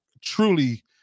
truly